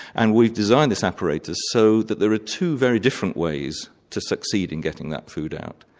and we've designed this apparatus so that there are two very different ways to succeed in getting that food out.